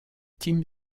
tim